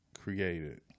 created